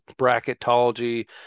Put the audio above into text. bracketology